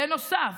בנוסף,